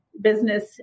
business